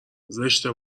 زشته